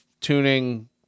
tuning